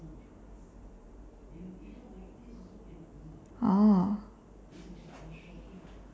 oh